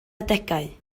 adegau